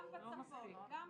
גם בצפון.